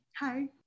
Hi